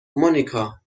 مونیکا